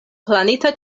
planita